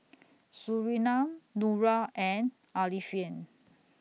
Surinam Nura and Alfian